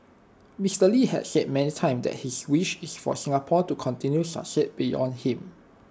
Mister lee had said many time that his wish is for Singapore to continue succeed beyond him